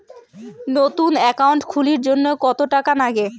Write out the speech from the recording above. নতুন একাউন্ট খুলির জন্যে কত টাকা নাগে?